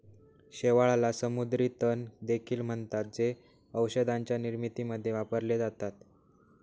शेवाळाला समुद्री तण देखील म्हणतात, जे औषधांच्या निर्मितीमध्ये वापरले जातात